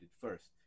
first